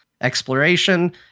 exploration